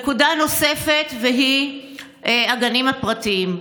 נקודה נוספת היא הגנים הפרטיים.